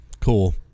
Cool